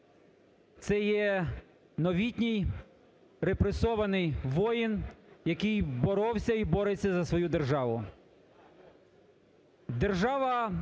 Це є новітній репресований воїн, який боровся і бореться за свою державу.